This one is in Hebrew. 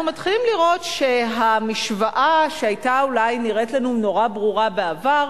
אנחנו מתחילים לראות שהמשוואה שהיתה אולי נראית לנו מאוד ברורה בעבר,